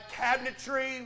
cabinetry